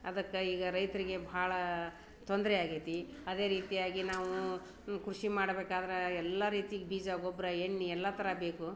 ಅದಕ್ಕೆ ಈಗ ರೈತರಿಗೆ ಭಾಳ ತೊಂದ್ರೆ ಆಗೈತಿ ಅದೇ ರೀತಿಯಾಗಿ ನಾವು ಕೃಷಿ ಮಾಡಬೇಕಾದ್ರೆ ಎಲ್ಲ ರೀತಿ ಬೀಜ ಗೊಬ್ಬರ ಎಣ್ಣೆ ಎಲ್ಲ ಥರ ಬೇಕು